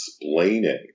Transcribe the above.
explaining